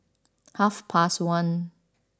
half past one